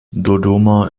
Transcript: dodoma